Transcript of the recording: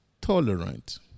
tolerant